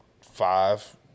five